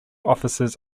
offices